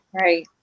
right